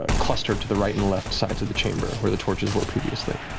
ah clustered to the right and left sides of the chamber, where the torches were previously.